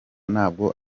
ntabwo